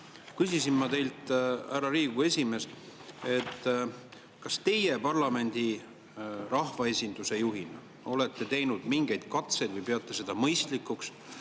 küsisin ma teilt, härra Riigikogu esimees, kas teie parlamendi, rahvaesinduse juhina olete teinud mingeid katseid – või peate seda mõistlikuks?